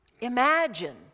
Imagine